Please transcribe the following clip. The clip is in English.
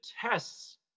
tests